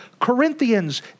Corinthians